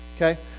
okay